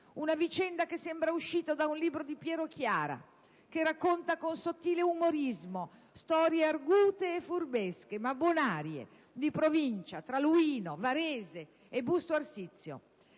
Una vicenda che sembra uscita da un libro di Piero Chiara, che racconta, con sottile umorismo, storie argute e furbesche, ma bonarie, di provincia, fra Luino, Varese e Busto Arsizio.